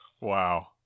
Wow